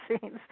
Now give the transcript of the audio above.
scenes